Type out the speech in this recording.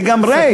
לגמרי.